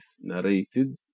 narrated